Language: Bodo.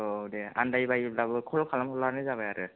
औ दे आन्दायलायोब्लाबो खल खालामहरब्लानो जाबाय आरो